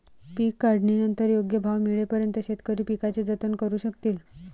पीक काढणीनंतर योग्य भाव मिळेपर्यंत शेतकरी पिकाचे जतन करू शकतील